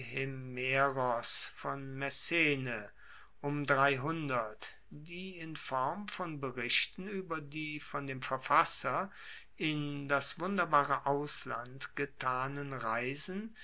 euhemeros von messene die in form von berichten ueber die von dem verfasser in das wunderbare ausland getanen reisen